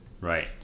Right